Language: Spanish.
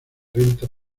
renta